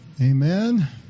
Amen